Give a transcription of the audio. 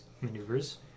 maneuvers